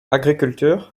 agriculture